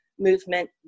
movement